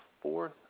fourth